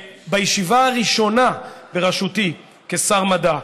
בישיבה הראשונה בראשותי כשר מדע,